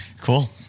Cool